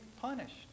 punished